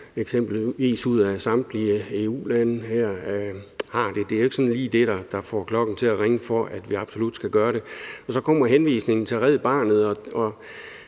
eksempelvis to lande ud af samtlige EU-lande har gjort det; det er jo ikke sådan lige det, der får klokken til at ringe for, at vi absolut skal gøre det. Så kom der en henvisning til Red Barnet.